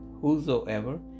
Whosoever